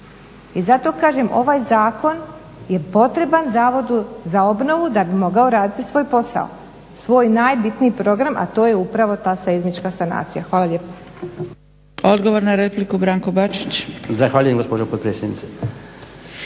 I zato kažem ovaj Zakon je potreban Zavodu za obnovu da bi mogao raditi svoj posao, svoj najbitniji program a to je upravo ta seizmička sanacija. Hvala lijepo. **Zgrebec, Dragica (SDP)** Odgovor na repliku